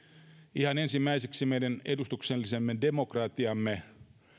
ihan ensimmäiseksi meidän edustuksellisen demokratiamme